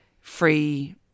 free